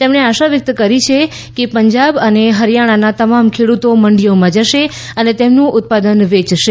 તેમણે આશા વ્યક્ત કરી કે પંજાબ અને હરિયાણાના તમામ ખેડુતો મંડીઓમાં જશે અને તેમનું ઉત્પાદન વેચશે